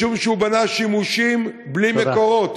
משום שהוא בנה שימושים בלי מקורות.